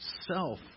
self